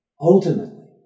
ultimately